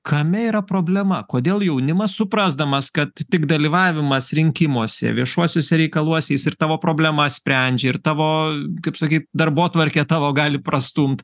kame yra problema kodėl jaunimas suprasdamas kad tik dalyvavimas rinkimuose viešuosiuose reikaluose jis ir tavo problemas sprendžia ir tavo kaip sakyt darbotvarkę tavo gali prastumt